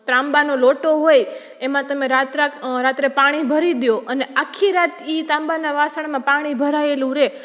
ત્રાંબાનો લોટો હોય એમાં તમે રાત્રે પાણી ભરી દ્યો અને આખી રાત ઈ તાંબા વાસણમાં પાણી ભરાએલું રહે